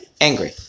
Angry